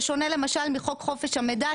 בשונה למשל מחוק חופש המידע,